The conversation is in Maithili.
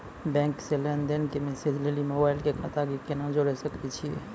बैंक से लेंन देंन के मैसेज लेली मोबाइल के खाता के केना जोड़े सकय छियै?